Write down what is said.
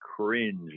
cringe